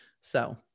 So-